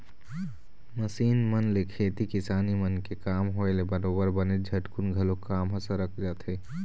machine मन ले खेती किसानी मन के काम होय ले बरोबर बनेच झटकुन घलोक काम ह सरक जाथे